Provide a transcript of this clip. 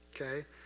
Okay